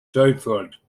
southward